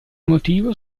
motivo